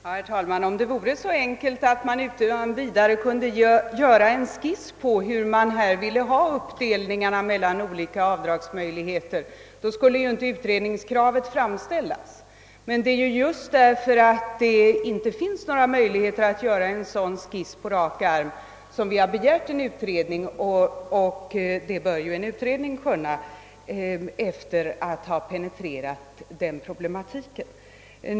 Herr talman! Om det vore så enkelt, att man utan vidare kunde göra en skiss över hur vi vill ha uppdelningen mellan olika avdragsmöjligheter, skulle utredningskravet inte ha framställts. Men det är just därför att det inte finns några möjligheter att göra en sådan skiss på rak arm som vi begärt en utredning. En utredning bör ju kunna framlägga förslag på denna punkt efter att ha penetrerat problematiken.